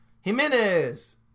Jimenez